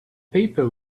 paper